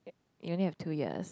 you only have two years